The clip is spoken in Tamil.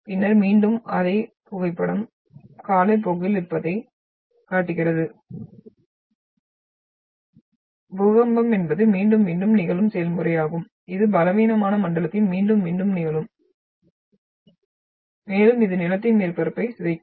பின்னர் மீண்டும் அதே புகைப்படம் காலப்போக்கில் இருப்பதைக் காட்டுகிறது பூகம்பம் என்பது மீண்டும் மீண்டும் நிகழும் செயல்முறையாகும் இது பலவீனமான மண்டலத்தில் மீண்டும் மீண்டும் நிகழும் மேலும் இது நிலத்தின் மேற்பரப்பை சிதைக்கும்